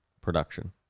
production